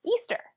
Easter